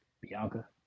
Bianca